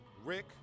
Rick